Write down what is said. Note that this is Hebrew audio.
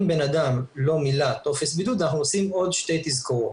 אם בנאדם לא מילא טופס בידוד אנחנו עושים עוד שתי תזכורות.